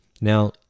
Now